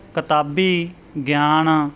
ਕਿਤਾਬੀ ਗਿਆਨ